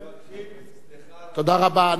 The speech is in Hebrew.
מבקשים סליחה ממך ומסגן השר.